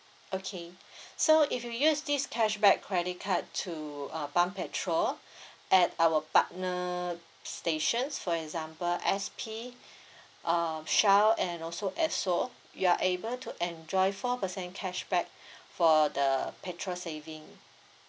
okay so if you use this cashback credit card to uh pump petrol at our partner stations for example S_P uh shell and also esso you are able to enjoy four percent cashback for the petrol saving